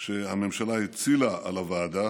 שהממשלה האצילה על הוועדה